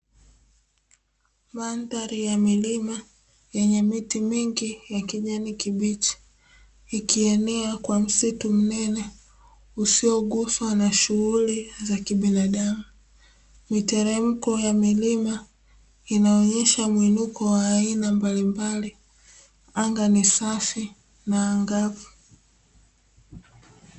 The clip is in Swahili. Mandhari ya milima yenye miti mingi ya kijani kibichi ikienea kwa msitu mnene usioguswa na shughuli za kibinadamu, miteremko ya milima inaonesha miinuko ya aina mbali mbali, anga ni safi na angavu.